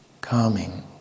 calming